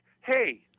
hey